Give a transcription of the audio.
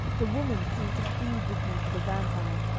the woman seemed to plead with me for the vampire,